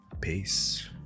peace